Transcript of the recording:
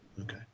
Okay